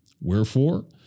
wherefore